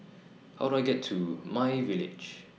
How Do I get to MyVillage